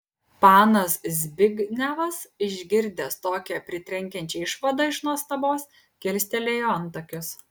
panas zbignevas išgirdęs tokią pritrenkiančią išvadą iš nuostabos kilstelėjo antakius